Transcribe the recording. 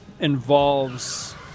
involves